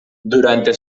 durante